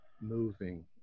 moving